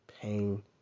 pain